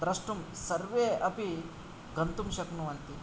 द्रष्टुं सर्वे अपि गन्तुं शक्नुवन्ति